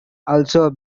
also